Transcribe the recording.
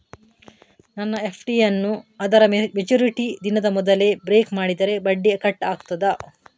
ನನ್ನ ಎಫ್.ಡಿ ಯನ್ನೂ ಅದರ ಮೆಚುರಿಟಿ ದಿನದ ಮೊದಲೇ ಬ್ರೇಕ್ ಮಾಡಿದರೆ ಬಡ್ಡಿ ಕಟ್ ಆಗ್ತದಾ?